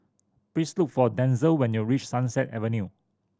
please look for Denzell when you reach Sunset Avenue